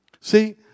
See